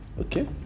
okay